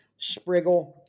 Spriggle